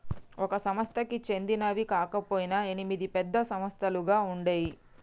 ఒక సంస్థకి చెందినవి కాకపొయినా ఎనిమిది పెద్ద సంస్థలుగా ఉండేయ్యి